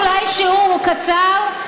אולי שיעור קצר: